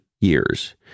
years